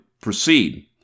proceed